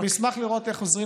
ואני אשמח לראות איך עוזרים